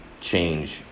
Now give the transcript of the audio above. change